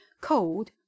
cold